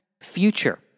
Future